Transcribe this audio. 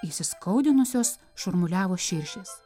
įskaudinusios šurmuliavo širšės